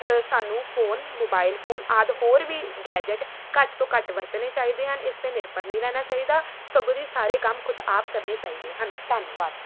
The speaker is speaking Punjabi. ਸਾਨੂੰ ਫੋਨ ਮੋਬਾਈਲ ਫੋਨ ਆਦਿ ਹੋਰ ਵੀ ਗੈਜਟ ਘੱਟ ਤੋਂ ਘੱਟ ਵਰਤਣੇ ਚਾਹੀਦੇ ਹਨ ਇਸ 'ਤੇ ਨਿਰਭਰ ਨਹੀਂ ਰਹਿਣਾ ਚਾਹੀਦਾ ਸਗੋਂ ਦੀ ਸਾਰੇ ਕੰਮ ਖੁਦ ਆਪ ਕਰਨੇ ਚਾਹੀਦੇ ਹਨ ਧੰਨਵਾਦ